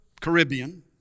Caribbean